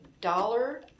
dollar